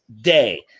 day